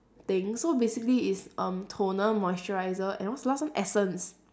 thing so basically it's um toner moisturiser and what's the last one essence